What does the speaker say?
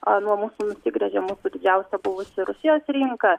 a nuo mūsų nusigręžė mūsų didžiausia buvusi rusijos rinka